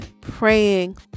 praying